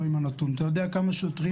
אתה לא יודע כמה שוטרים?